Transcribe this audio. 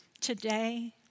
today